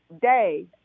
day